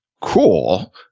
Cool